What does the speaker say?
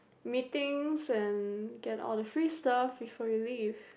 meetings and get all the free stuff before you leave